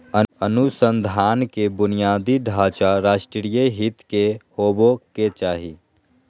अनुसंधान के बुनियादी ढांचा राष्ट्रीय हित के होबो के चाही